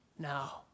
Now